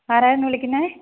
ആരായിരുന്നു വിളിക്കുന്നത്